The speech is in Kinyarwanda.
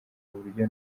buryo